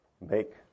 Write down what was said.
Make